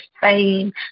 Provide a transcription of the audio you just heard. fame